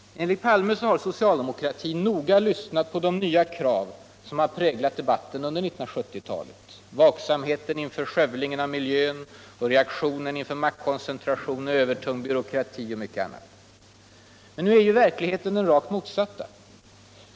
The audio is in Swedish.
Enligt herr Palme har socialdemokratin uppmirksamt lyssnat på de nya krav som priglat debatten under 1970 talet: vaksamheten inför skövlingen av miljön. rcuklioncn.inl"ör maktkoncentration, övertung byråkrati och mycket annat. Nu är ju verkligheten den rakt motsatta.